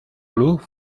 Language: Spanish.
club